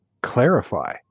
clarify